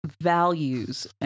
values